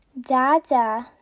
Dada